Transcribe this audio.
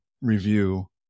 review